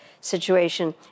situation